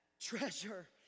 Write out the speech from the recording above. treasure